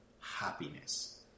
happiness